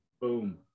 Boom